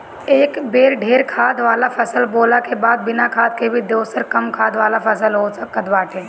एक बेर ढेर खाद वाला फसल बोअला के बाद बिना खाद के भी दोसर कम खाद वाला फसल हो सकताटे